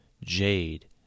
Jade